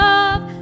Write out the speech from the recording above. Love